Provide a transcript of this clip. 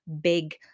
big